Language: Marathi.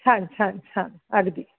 छान छान छान अगदी